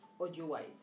audio-wise